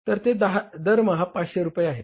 तर ते दरमहा 500 रुपये आहेत